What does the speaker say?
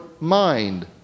mind